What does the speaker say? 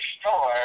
store